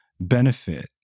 benefit